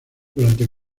durante